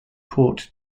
port